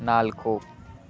ನಾಲ್ಕು